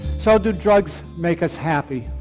so do drugs make us happy?